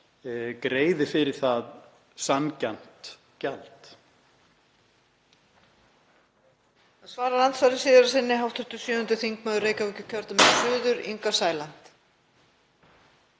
greiði fyrir það sanngjarnt gjald.